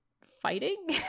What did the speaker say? fighting